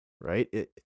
Right